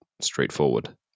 straightforward